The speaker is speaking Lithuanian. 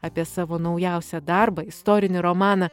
apie savo naujausią darbą istorinį romaną